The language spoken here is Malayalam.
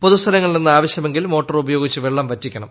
പൊതുസ്ഥലങ്ങളിൽ നിന്ന് ആവശ്യമെങ്കിൽ മോട്ടോർ ഉപയോഗിച്ച് വെള്ളം വറ്റിക്കണം